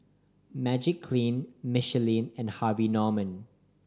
Magiclean Michelin and Harvey Norman